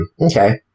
okay